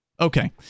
Okay